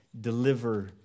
deliver